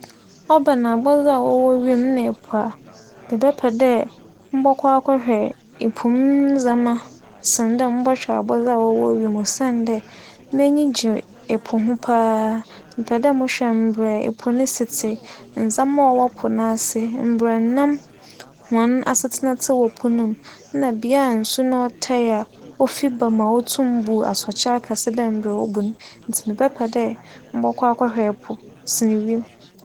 ͻba no abͻdze a wͻwͻ wimu na epo a, mebɛpɛ dɛ mobͻkͻ akͻhwɛ po mu ndzɛmba sen dɛ mobͻhwɛ abͻdze a wͻwͻ wimu osiandɛ, m'enyigye epo ho paa. Mepɛ dɛ mohwɛ mbrɛ epo no si tse, ndzɛmba a ͻwͻ po n'ase, mbrɛ enam hͻn asetsena tse wͻ po no mu nna bea a nsu no tae a ofi ba ma obu asorkye akɛse tse dɛ mbrɛ obu no. Ntsi mebɛpɛ dɛ mobͻkͻ akͻhwɛ po sen wimu.